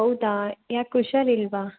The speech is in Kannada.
ಹೌದಾ ಯಾಕೆ ಹುಷಾರಿಲ್ವಾ